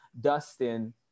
Dustin